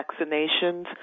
vaccinations